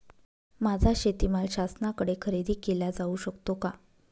माझा शेतीमाल शासनाकडे खरेदी केला जाऊ शकतो का?